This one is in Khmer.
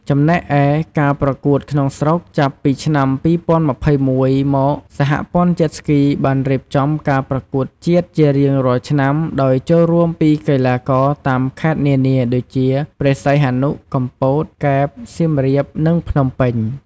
ចំណែកឯការប្រកួតក្នុងស្រុក ចាប់ពីឆ្នាំ ២០២១មក សហព័ន្ធ Jet Ski បានរៀបចំការប្រកួតជាតិជារៀងរាល់ឆ្នាំដោយចូលរួមពីកីឡាករតាមខេត្តនានា ដូចជា ព្រះសីហនុ កំពត កែប សៀមរាប និងភ្នំពេញ។